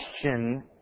question